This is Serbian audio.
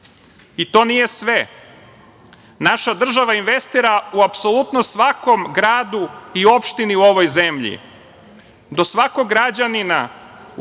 11.To nije sve. Naša država investira u apsolutno svakom gradu i opštini u ovoj zemlji. Do svakog građanina u